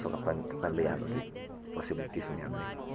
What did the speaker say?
ꯑꯁꯣꯛ ꯑꯄꯟ ꯊꯣꯛꯍꯟꯕ ꯌꯥꯕꯒꯤ ꯄꯣꯁꯤꯕꯤꯂꯤꯇꯤꯁꯨ ꯃꯌꯥꯝ ꯂꯩ